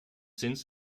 since